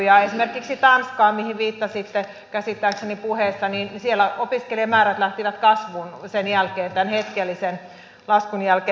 ja esimerkiksi tanskassa mihin viittasitte käsittääkseni puheessanne opiskelijamäärät lähtivät kasvuun sen jälkeen tämän hetkellisen laskun jälkeen